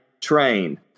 train